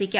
സിക്ക്